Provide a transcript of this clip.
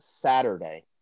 Saturday